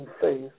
faith